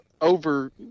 over